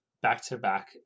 back-to-back